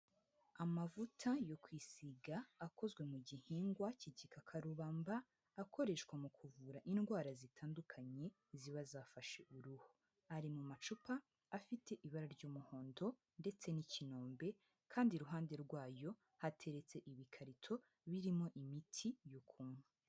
Amavuta yo kwisiga, akozwe mu gihingwa cy'igikakarubamba, akoreshwa mu kuvura indwara zitandukanye, ziba zafashe uruhu. Ari mu macupa afite ibara ry'umuhondo, ndetse n'ikinombe, kandi iruhande rwayo, hateretse ibikarito birimo imiti, yo kunywa.